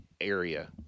area